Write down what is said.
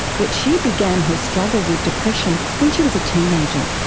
but she began her struggle with depression when she was a teenager.